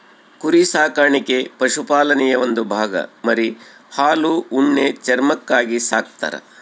ಕುರಿ ಸಾಕಾಣಿಕೆ ಪಶುಪಾಲನೆಯ ಒಂದು ಭಾಗ ಮರಿ ಹಾಲು ಉಣ್ಣೆ ಚರ್ಮಕ್ಕಾಗಿ ಸಾಕ್ತರ